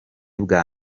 bwa